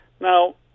Now